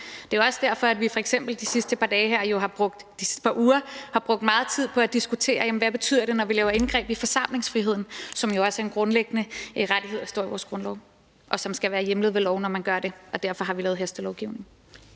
Det er jo også derfor, at vi f.eks. de sidste par uger har brugt meget tid på at diskutere, hvad det betyder, når vi laver indgreb i forsamlingsfriheden, som jo altså er en grundlæggende rettighed og står i vores grundlov, og som skal være hjemlet ved lov, når man gør det, og derfor har vi lavet hastelovgivning.